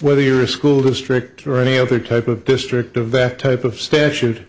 whether you are a school district or any other type of district of that type of statute